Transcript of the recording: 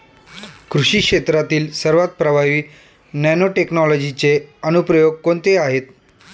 कृषी क्षेत्रातील सर्वात प्रभावी नॅनोटेक्नॉलॉजीचे अनुप्रयोग कोणते आहेत?